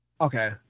okay